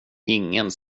ingen